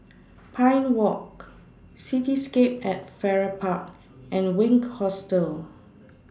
Pine Walk Cityscape At Farrer Park and Wink Hostel